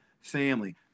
family